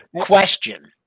Question